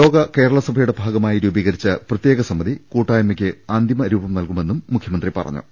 ലോക കേരള സഭ യുടെ ഭാഗമായി രൂപീകരിച്ച പ്രത്യേക സമിതി കൂട്ടായ്മയ്ക്ക് അന്തിമ രൂപം നൽകുമെന്നും മുഖ്യമന്ത്രി പറഞ്ഞു